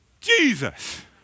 Jesus